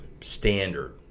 standard